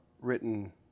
written